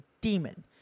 demon